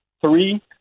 three